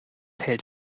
hält